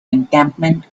encampment